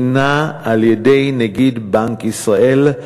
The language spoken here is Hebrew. הנה על-ידי נגיד בנק ישראל,